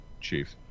Chief